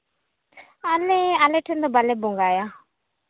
ᱟᱞᱮ ᱟᱞᱮ ᱴᱷᱮᱱ ᱫᱚ ᱵᱟᱞᱮ ᱵᱚᱸᱜᱟᱭᱟ